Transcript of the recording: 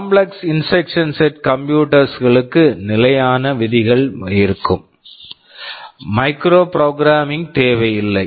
complex instruction set computers complex instruction set computers களுக்கு நிலையான விதிமுறைகள் இருக்கும் மைக்ரோ புரோகிராமிங் microprogramming தேவையில்லை